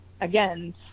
again